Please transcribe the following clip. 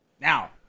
Now